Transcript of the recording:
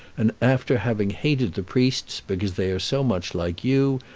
and after having hated the priests because they are so much like you,